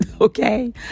Okay